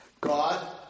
God